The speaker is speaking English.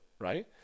right